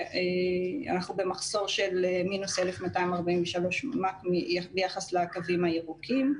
ואנחנו במחסור של מינוס 1,243 מלמ"ק ביחס לקווים הירוקים.